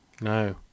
No